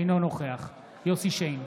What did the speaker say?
אינו נוכח יוסף שיין,